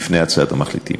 לפני הצעת המחליטים.